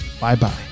bye-bye